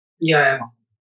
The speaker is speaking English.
Yes